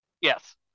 Yes